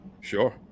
Sure